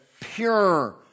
pure